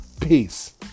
Peace